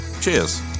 cheers